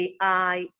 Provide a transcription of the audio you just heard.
AI